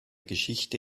geschichte